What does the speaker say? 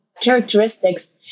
characteristics